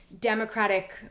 democratic